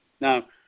Now